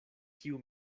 kiu